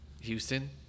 Houston